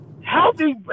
Healthy